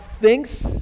thinks